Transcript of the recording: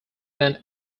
then